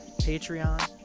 Patreon